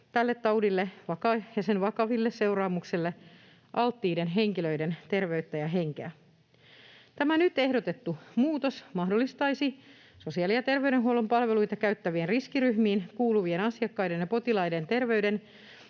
tälle taudille ja sen vakaville seuraamuksille alttiiden henkilöiden terveyttä ja henkeä. Tämä nyt ehdotettu muutos mahdollistaisi sosiaali‑ ja terveydenhuollon palveluita käyttävien riskiryhmiin kuuluvien asiakkaiden ja potilaiden terveyden